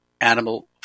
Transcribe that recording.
animal